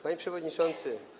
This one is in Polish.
Panie przewodniczący.